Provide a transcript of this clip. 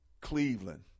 Cleveland